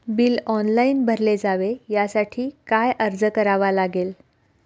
Bill online भरले जावे यासाठी काय अर्ज करावा लागेल?